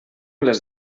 les